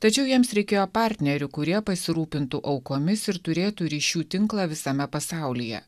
tačiau jiems reikėjo partnerių kurie pasirūpintų aukomis ir turėtų ryšių tinklą visame pasaulyje